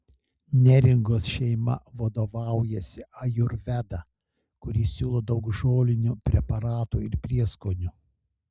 neringos šeima vadovaujasi ajurveda kuri siūlo daug žolinių preparatų ir prieskonių